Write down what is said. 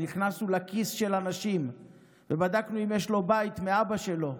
נכנסו לכיס של אנשים ובדקנו אם יש לו בית מאבא שלו.